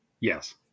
Yes